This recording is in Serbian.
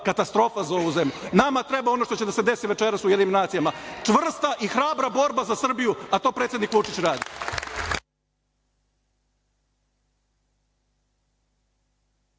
katastrofa za ovu zemlju. Nama treba ono što će da se desi večeras u UN - čvrsta i hrabra borba za Srbiju, a to predsednik Vučić radi.